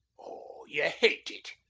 oh! ye hate it?